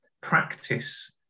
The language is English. practice